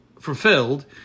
fulfilled